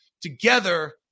together